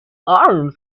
arms